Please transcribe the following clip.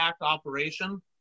operation